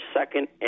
second